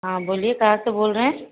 हाँ बोलिए कहाँ से बोल रहें